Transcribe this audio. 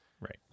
Right